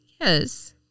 Yes